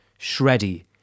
shreddy